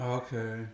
okay